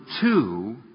two